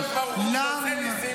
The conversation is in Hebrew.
כי זה לא נס.